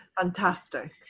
Fantastic